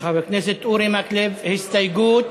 זה ההסתייגות?